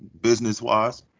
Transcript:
business-wise